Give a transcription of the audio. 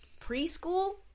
preschool